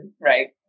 Right